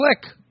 click